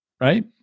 right